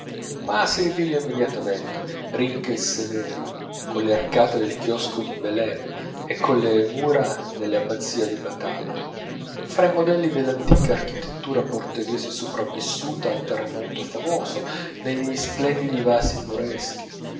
ma si ripiglia immediatamente ricca e severa colle arcate del chiosco di belem e colle mura dell'abbazia di bathala fra i modelli dell'antica architettura portoghese sopravvissuta al terremoto famoso negli splendidi vasi moreschi